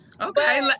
Okay